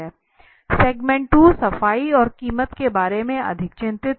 segment 2 सफाई और कीमत के बारे में अधिक चिंतित हैं